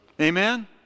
Amen